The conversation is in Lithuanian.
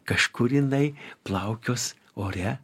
kažkur jinai plaukios ore